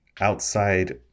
outside